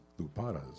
luparas